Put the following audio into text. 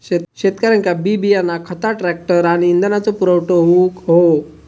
शेतकऱ्यांका बी बियाणा खता ट्रॅक्टर आणि इंधनाचो पुरवठा होऊक हवो